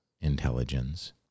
intelligence